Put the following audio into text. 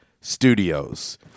studios